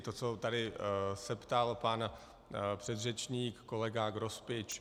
To, co tady se ptal pan předřečník kolega Grospič.